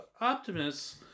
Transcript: Optimus